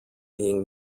being